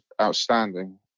outstanding